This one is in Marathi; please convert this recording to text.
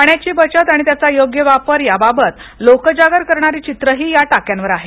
पाण्याची बचत आणि त्याचा योग्य वापर या बाबत लोकजागर करणारी चित्रंही या टाक्यांवर आहेत